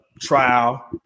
trial